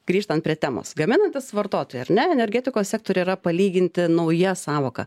grįžtant prie temos gaminantys vartotojai ar ne energetikos sektoriuj yra palyginti nauja sąvoka